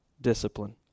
discipline